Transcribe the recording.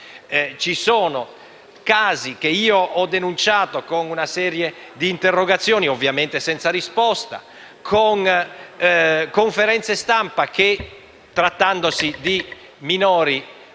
Ci sono stati casi, che io ho denunciato con una serie di interrogazioni (ovviamente senza risposta) e con conferenze stampa, che, trattandosi di minori